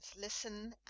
Listen